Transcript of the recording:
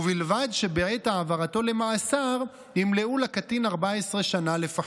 ובלבד שבעת העברתו למאסר ימלאו לקטין 14 שנה לפחות.